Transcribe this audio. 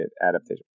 adaptation